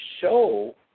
show